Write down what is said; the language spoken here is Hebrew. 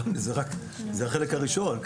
זה החלק הראשון.